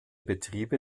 betriebe